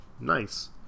nice